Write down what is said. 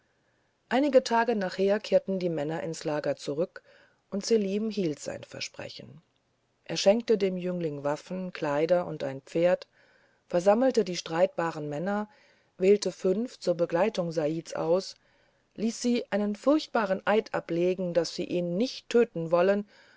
einige tage nachher kehrten die männer ins lager zurück und selim hielt sein versprechen er schenkte dem jüngling waffen kleider und ein pferd versammelte die streitbaren männer wählte fünf zur begleitung saids aus ließ sie einen furchtbaren eid ablegen daß sie ihn nicht töten wollen